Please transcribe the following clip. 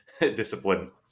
discipline